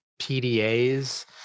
PDAs